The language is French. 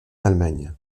allemagne